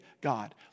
God